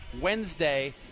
Wednesday